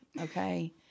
Okay